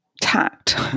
tact